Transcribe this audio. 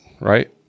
right